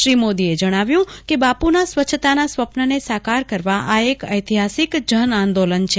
શ્રી મોદીએ જણાવ્યું કે બાપુના સ્વચ્છતાના સ્વપ્નને સાકાર કરવા આ એક ઐતિહાસિક જન આંદોલન છે